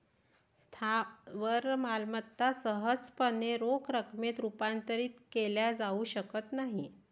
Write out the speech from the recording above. स्थावर मालमत्ता सहजपणे रोख रकमेत रूपांतरित केल्या जाऊ शकत नाहीत